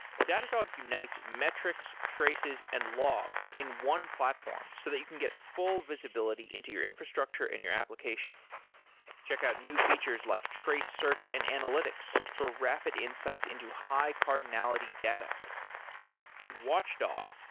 datadog unites metrics, traces and logs in one platform, so that you can get full visibility into your infrastructure in your applications check out new features, like trace, search and analytics for rapid insights into high-cardinality data and watchdog,